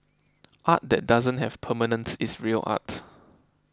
art that doesn't have permanence is real art